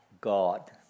God